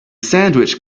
sandwich